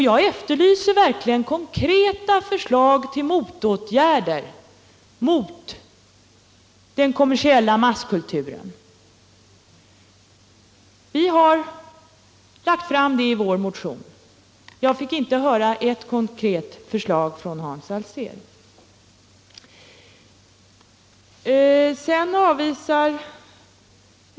Jag efterlyser konkreta förslag till motåtgärder mot den kommersialiserade masskulturen. Vi har lagt fram förslag i vår motion. Men jag fick inte höra något konkret förslag av Hans Alsén.